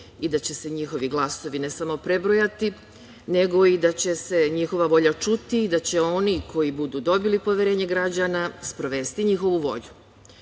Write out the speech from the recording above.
i da će se njihovi glasovi ne samo prebrojati nego i da će se njihova volja čuti i da će oni koji budu dobili poverenje građana sprovesti njihovu volju.